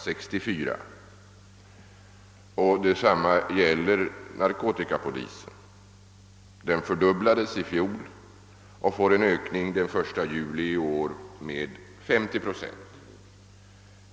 Även för narkotikapolisen har ökningen varit kraftig. Den kåren fördubblades i fjol och får den 1 juli i år en ytterligare ökning med 50 procent.